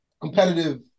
competitive